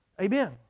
Amen